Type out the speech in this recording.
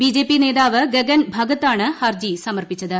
B J P നേതാവ് ഗഗൻ ഭഗത് ആണ് ഹർജി സമർപ്പിച്ചത്